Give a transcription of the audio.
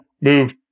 move